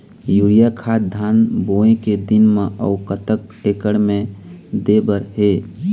Urea खाद धान बोवे के दिन म अऊ कतक एकड़ मे दे बर हे?